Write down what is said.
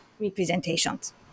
representations